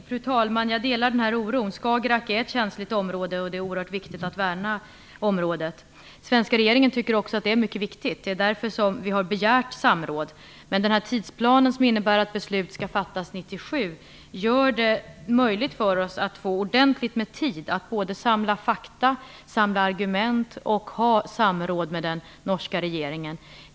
Fru talman! Jag delar denna oro. Skagerrak är ett känsligt område, och det är oerhört viktigt att värna det. Svenska regeringen tycker också att det är mycket viktigt. Det är därför vi har begärt samråd. 1997 ger oss ordentligt med tid för att samla fakta och argument och för att ha samråd med den norska regeringen.